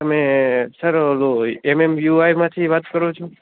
તમે સર ઓલું એમએમયુઆઈમાંથી વાત કરો છો